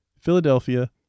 Philadelphia